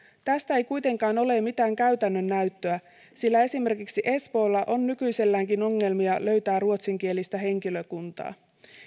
tästä ei kuitenkaan ole mitään käytännön näyttöä sillä esimerkiksi espoolla on nykyiselläänkin ongelmia löytää ruotsinkielistä henkilökuntaa